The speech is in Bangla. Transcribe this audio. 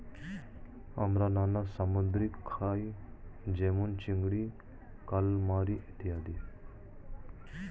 আমরা নানা সামুদ্রিক খাই যেমন চিংড়ি, কালামারী ইত্যাদি